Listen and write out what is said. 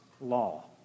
law